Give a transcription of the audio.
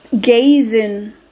gazing